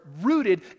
rooted